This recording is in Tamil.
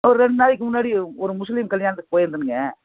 ஒரு ரெண்டு நாளைக்கு முன்னாடி ஒரு முஸ்லீம் கல்யாணத்துக்கு போயிருந்தேனுங்க